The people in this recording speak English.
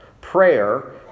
prayer